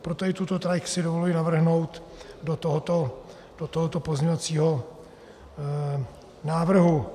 Proto i tuto trať si dovoluji navrhnout do tohoto pozměňovacího návrhu.